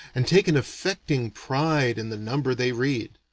and take an affecting pride in the number they read.